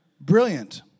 brilliant